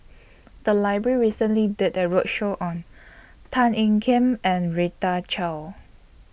The Library recently did A roadshow on Tan Ean Kiam and Rita Chao